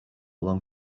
long